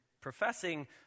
professing